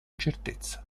certezza